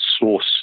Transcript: Source